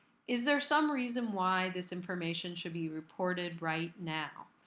is there some reason why this information should be reported right now?